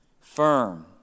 firm